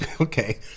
Okay